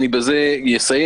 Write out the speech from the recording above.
בזה אסיים